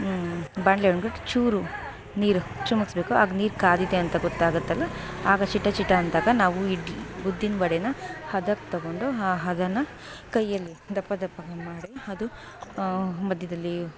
ಬಾಣಲೆ ಒಳಗಡೆ ಚೂರು ನೀರು ಚುಮುಕ್ಸ್ಬೇಕು ಆಗ ನೀರು ಕಾದಿದೆ ಅಂತ ಗೊತ್ತಾಗತ್ತಲ್ಲ ಆಗ ಚಿಟಚಿಟ ಅಂದಾಗ ನಾವು ಇಡ್ಲಿ ಉದ್ದಿನ ವಡೇನ ಹದಕ್ಕೆ ತೊಗೊಂಡು ಆ ಹದನ ಕೈಯಲ್ಲಿ ದಪ್ಪ ದಪ್ಪ ಹೀಗ್ಮಾಡಿ ಅದು ಮಧ್ಯದಲ್ಲಿ